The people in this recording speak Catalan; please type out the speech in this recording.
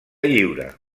lliure